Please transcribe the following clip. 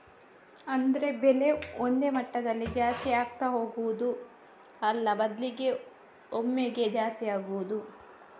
ಅಂದ್ರೆ ಬೆಲೆ ಒಂದೇ ಮಟ್ಟದಲ್ಲಿ ಜಾಸ್ತಿ ಆಗ್ತಾ ಹೋಗುದು ಅಲ್ಲ ಬದ್ಲಿಗೆ ಒಮ್ಮೆಗೇ ಜಾಸ್ತಿ ಆಗುದು